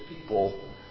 people